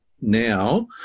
now